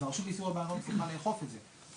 אז הרשות לאיסור הלבנת הון צריכה לאכוף את זה.